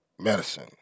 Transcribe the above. medicine